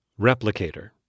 Replicator